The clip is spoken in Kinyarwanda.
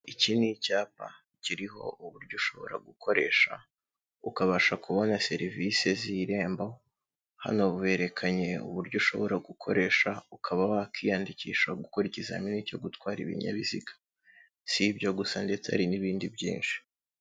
Iki ni icyapa kiriho uburyo ushobora gukoresha ukabasha kubona serivisi z'irembo, hano berekanye uburyo ushobora gukoresha ukaba wakwiyandikisha gukora ikizamini cyo gutwara ibinyabiziga, si ibyo gusa ndetse hari n'ibindi byinshi.